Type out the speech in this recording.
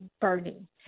Bernie